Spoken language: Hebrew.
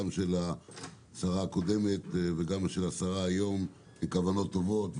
של השרה הקודמת וגם של השרה הנוכחית הן כוונות טובות.